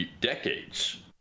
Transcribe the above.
decades